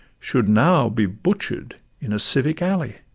should now be butcher'd in a civic alley.